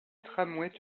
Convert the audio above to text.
tramway